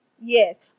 yes